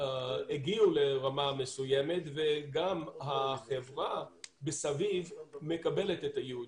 הגיעו לרמה מסוימת וגם החברה מסביב מקבלת את היהודים.